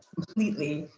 completely.